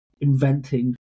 inventing